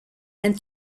and